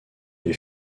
les